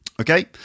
okay